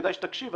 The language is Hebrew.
כדאי שתקשיב.